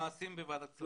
המעשים בוועדת הכספים.